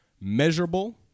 measurable